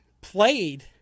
played